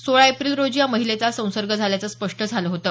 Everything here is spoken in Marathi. सोळा एप्रिल रोजी या महिलेला संसर्ग झाल्याचं स्पष्ट झालं होतं